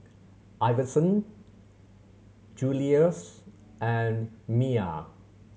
Iverson Julious and Miah